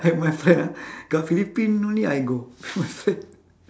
have my friend ah got philippine only I go my friend